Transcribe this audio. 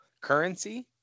currency